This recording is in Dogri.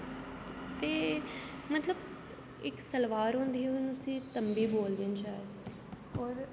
ते मतलब इक सलवार होंदी ही हून उसी तम्बी बोलदे हे शायद होर